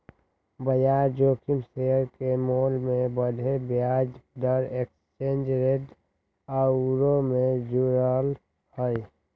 बजार जोखिम शेयर के मोल के बढ़े, ब्याज दर, एक्सचेंज रेट आउरो से जुड़ल हइ